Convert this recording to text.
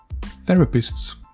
therapists